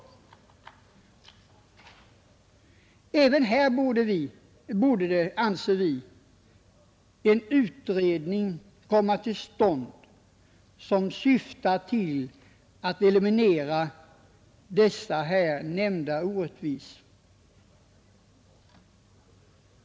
Även här borde, anser vi, en utredning komma till stånd som syftar till att eliminera de nämnda orättvisorna. Herr talman!